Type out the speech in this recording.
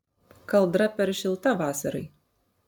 kaldra per šilta vasarai